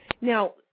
Now